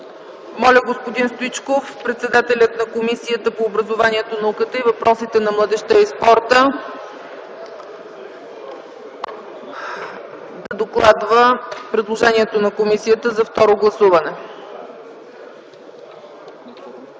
Моля господин Стоичков – председателят на Комисията по образованието, науката и въпросите на младежта и спорта, да докладва предложението на комисията за второ гласуване.